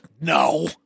No